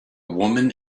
woman